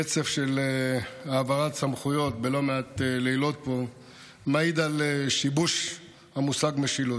רצף של העברת סמכויות בלא מעט לילות פה מעיד על שיבוש המושג משילות.